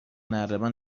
نردبان